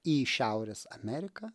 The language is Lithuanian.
į šiaurės ameriką